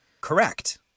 correct